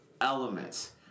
elements